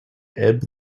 ebb